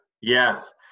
yes